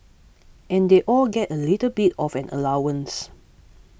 and they all get a little bit of an allowance